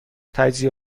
تجزیه